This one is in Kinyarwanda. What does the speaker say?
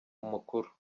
mukuru